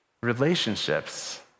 relationships